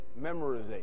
memorization